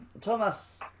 Thomas